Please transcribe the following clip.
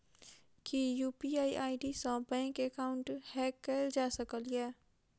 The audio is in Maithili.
की यु.पी.आई आई.डी सऽ बैंक एकाउंट हैक कैल जा सकलिये?